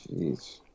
Jeez